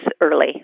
early